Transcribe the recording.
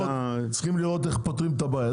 צריכים לראות איך פותרים את הבעיות.